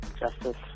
justice